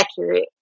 accurate